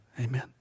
Amen